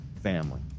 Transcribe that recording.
family